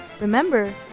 Remember